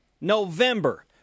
November